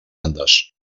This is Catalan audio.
andes